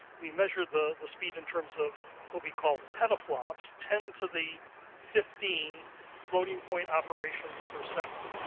we measure the the speed in terms of what we call petaflops ten to the fifteen floating point operations per second.